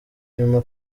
nyuma